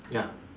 ya